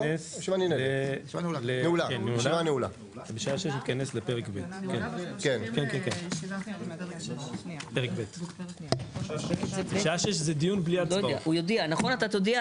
הישיבה ננעלה בשעה 17:44.